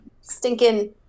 stinking